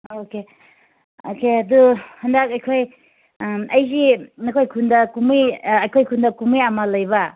okay ꯑꯁꯦ ꯑꯗꯨ ꯍꯟꯗꯛ ꯑꯩꯈꯣꯏ ꯑꯩꯒꯤ ꯑꯩꯈꯣꯏ ꯈꯨꯜꯗ ꯀꯨꯝꯍꯩ ꯑꯩꯈꯣꯏ ꯈꯨꯜꯗ ꯀꯨꯝꯍꯩ ꯑꯃ ꯂꯩꯕ